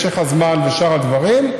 משך הזמן ושאר הדברים.